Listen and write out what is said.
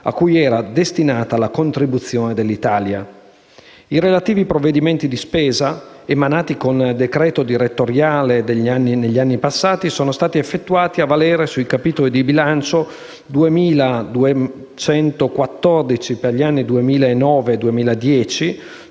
a cui era destinata la contribuzione dell'Italia. I relativi provvedimenti di spesa, emanati con decreto direttoriale negli anni passati, sono stati effettuati a valere sui capitoli di bilancio: 2.214 per gli anni 2009 e 2010,